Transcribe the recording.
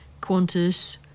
Qantas